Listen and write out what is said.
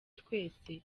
twese